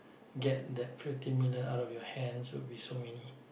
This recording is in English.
get that fifteen million out of your hands will be so many